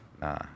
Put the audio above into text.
Nah